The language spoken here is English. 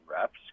reps